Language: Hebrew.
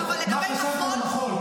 מה חשבת על המחול?